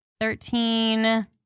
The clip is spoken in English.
Thirteen